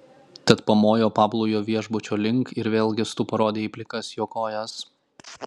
tad pamojo pablui jo viešbučio link ir vėl gestu parodė į plikas jo kojas